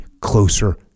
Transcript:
closer